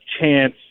chance